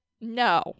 No